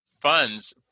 funds